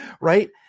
Right